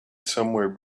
somewhere